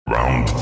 Round